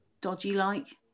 dodgy-like